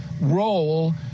role